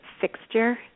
fixture